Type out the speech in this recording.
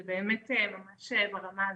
זה באמת ממש ברמה הזו.